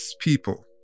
people